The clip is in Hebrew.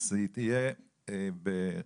אז היא תהיה רטרואקטיבית,